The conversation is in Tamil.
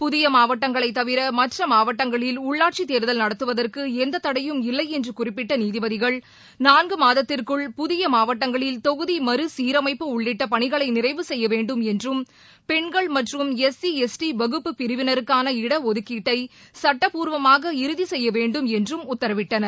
புதிய மாவட்டங்களை தவிர மற்ற மாவட்டங்களில் உள்ளாட்சித் தேர்தல் நடத்துவதற்கு எந்த தடையும் இல்லையென்று குறிப்பிட்ட நீதிபதிகள் நான்கு மாதத்திற்குள் புதிய மாவட்டங்களில் தொகுதி மறு சீரமைப்பு உள்ளிட்ட பணிகளை நிறைவு செய்ய வேண்டும் என்றும் பெண்கள் மற்றும் எஸ்சி எஸ்டி வகுப்பு பிரிவினருக்கான இடஒதுக்கீட்டை சட்டப்பூர்வமாக இறுதி செய்ய வேண்டும் என்றும் உத்தரவிட்டனர்